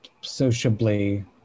sociably